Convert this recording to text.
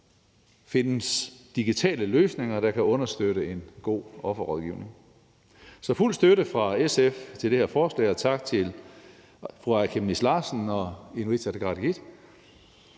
findes digitale løsninger, der kan understøtte en god offerrådgivning. Så der er fuld støtte fra SF til det her forslag, og tak til fru Aaja Chemnitz og Inuit Ataqatigiit